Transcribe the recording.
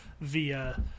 via